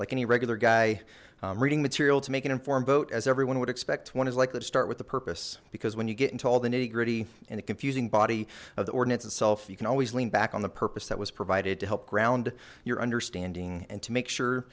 like any regular guy reading material to make an informed vote as everyone would expect one is likely to start with the purpose because when you get into all the nitty gritty and a confusing body of the ordinance itself you can always lean back on the purpose that was provided to help ground your understanding and to make sure